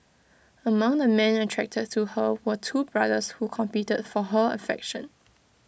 among the men attracted to her were two brothers who competed for her affection